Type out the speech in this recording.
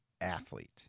athlete